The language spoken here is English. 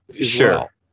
Sure